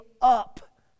up